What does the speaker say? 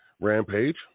Rampage